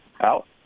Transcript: Out